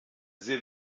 sehr